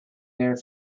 there